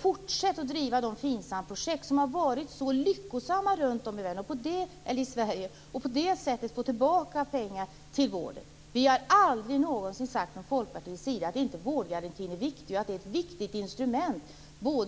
Fortsätt att driva de FINSAM-projekt som har varit så lyckosamma runt om i Sverige! På det sättet får man tillbaka pengar till vården. Vi från Folkpartiet har aldrig någonsin sagt att vårdgarantin inte är ett viktigt instrument